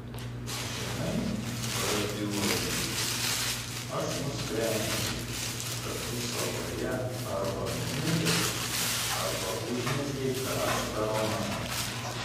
žinai prabilo ji aš nusprendžiau kad tu saloje arba numirei arba užmezgei karštą romaną